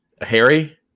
Harry